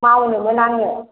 मावनोमोन आङो